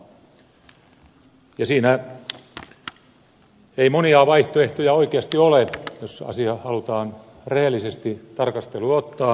siinä ei monia vaihtoehtoja oikeasti ole jos asia halutaan rehellisesti tarkasteluun ottaa